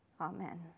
Amen